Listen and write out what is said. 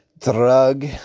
drug